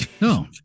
No